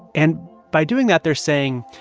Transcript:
and by doing that, they're saying,